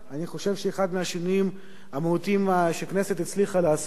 אני חושב שאחד מהשינויים המהותיים שהכנסת הצליחה לעשות